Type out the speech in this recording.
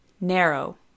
Narrow